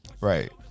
Right